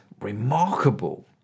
remarkable